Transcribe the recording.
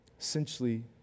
Essentially